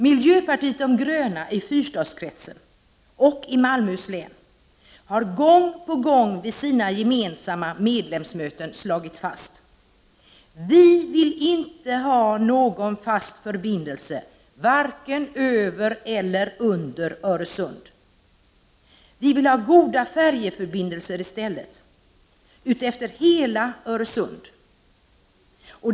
Miljöpartiet de gröna i Fyrstadskretsen och i Malmöhus län har gång på gång vid sina gemensamma medlemsmöten slagit fast följande: Vi vill inte ha någon fast förbindelse vare sig över eller under Öresund. Vi vill ha goda färjeförbindelser i stället utefter hela Öresund.